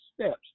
steps